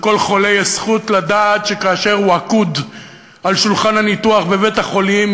לכל חולה יש זכות לדעת שכאשר הוא עקוד על שולחן הניתוח בבית-החולים,